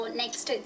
next